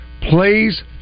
please